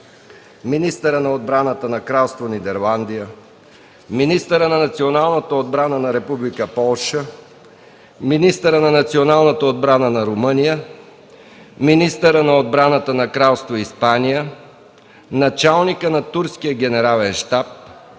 министъра на отбраната на Кралство Нидерландия, министъра на националната отбрана на Република Полша, министъра на националната отбрана на Румъния, министъра на отбраната на Кралство Испания, началника на Турския Генерален щаб,